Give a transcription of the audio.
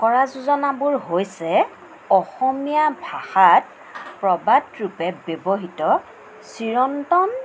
ফকৰা যোজনাবোৰ হৈছে অসমীয়া ভাষাত প্ৰবাদ ৰূপে ব্যৱহৃত চিৰন্তন